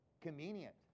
convenient